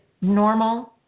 normal